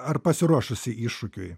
ar pasiruošusi iššūkiui